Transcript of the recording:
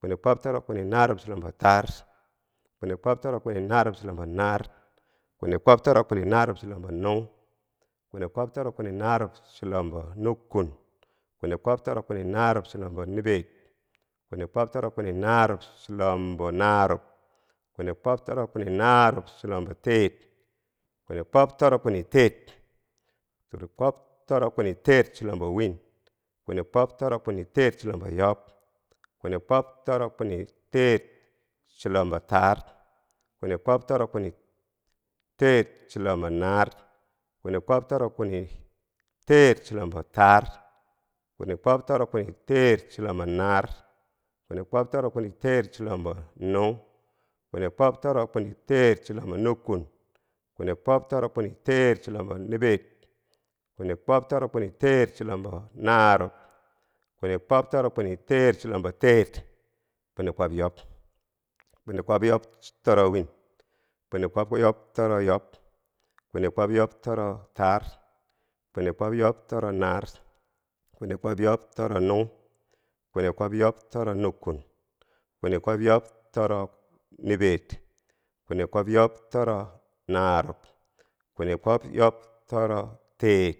kwini kwob toro kwini narub chulombo taar, kwini kwob toro kwini narub chulombo naar, kwini kwob toro kwini narub chulombo nung, kwini kwob toro kwini narub chulombo nukkun, kwini kwob toro kwini narub chulombo niber, kwini kwob toro kwini narub chulombo narub. kwini kwob toro kwini narub chulombo teer, kwini kwob toro kwini teer, kwini kwob toro kwini teer chulombo win, kwini kwob toro kwini teer chulombo yob, kwini kwob toro kwini teer chulombo taar, kwini kwob toro kwini teer chulombo naar, kwini kwob toro kwini teer chulombo taar, kwini kwob toro kwini teer chulombo naar, kwini kwob toro kwini teer chulombo nukkung, kwini kwob toro kwini teer chulombo nukkun. kwini kwob toro kwini teer chulombo niber, kwini kwob toro kwini teer chulombo narub, kwini kwob toro kwini teer chulombo teer, kwini kwob yob, kwini kwob yob toro win, kwini kwob yob toro yob, kwini kwob yob toro taar, kwini kwob yob toro naar, kwini kwob yob toro nung, kwini kwob yob toro nukkun, kwini kwob yob toro niber, kwini kwob yob toro naarub. kwini kwob yob toro teer,